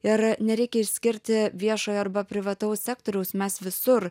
ir nereikia išskirti viešojo arba privataus sektoriaus mes visur